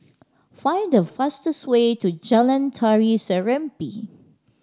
find the fastest way to Jalan Tari Serimpi